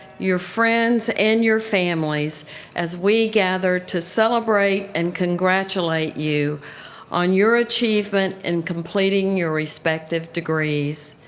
your friends and your families as we gather to celebrate and congratulate you on your achievement in completing your respective degrees.